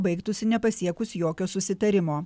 baigtųsi nepasiekus jokio susitarimo